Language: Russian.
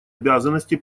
обязанности